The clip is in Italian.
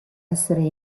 essere